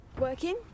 Working